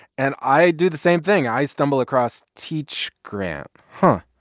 and i do the same thing i stumble across teach grant. huh,